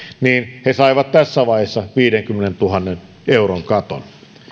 niin he saivat tässä vaiheessa viidenkymmenentuhannen euron katon